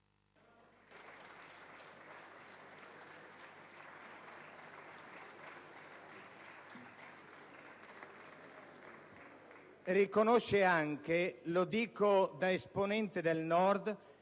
riconosce anche, lo dico da esponente del Nord,